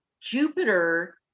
jupiter